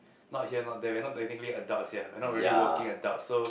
not here not there we are not technically adults yet we're not really working adults so